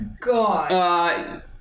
God